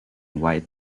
white